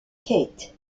kate